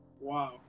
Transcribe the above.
wow